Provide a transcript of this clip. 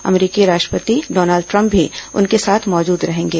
अमरीकी राष्ट्रपति Donald Trump भी उनके साथ मौजूद रहेंगे